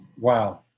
Wow